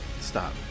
stop